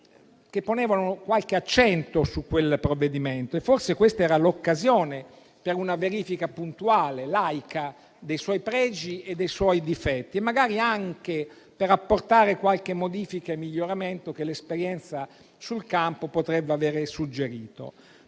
che ponevano qualche accento su quel provvedimento. Forse questa era l'occasione per una verifica puntuale e laica dei suoi pregi e dei suoi difetti e magari anche per apportare qualche modifica e miglioramento che l'esperienza sul campo potrebbe aver suggerito.